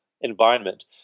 environment